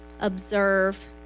observe